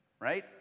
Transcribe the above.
Right